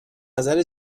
نظر